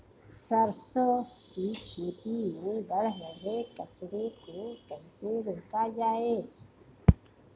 सरसों की खेती में बढ़ रहे कचरे को कैसे रोका जाए?